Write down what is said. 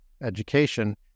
Education